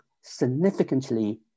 significantly